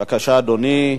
בבקשה, אדוני.